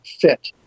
fit